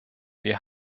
wir